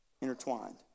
intertwined